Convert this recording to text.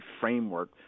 framework